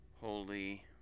holy